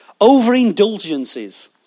overindulgences